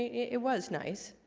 it was nice.